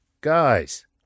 Guys